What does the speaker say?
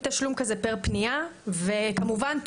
קודם כל,